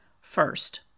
first